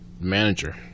manager